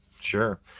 Sure